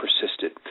persisted